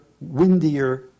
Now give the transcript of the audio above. windier